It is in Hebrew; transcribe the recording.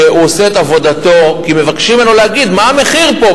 שעושה את עבודתו כי מבקשים ממנו להגיד מה המחיר פה,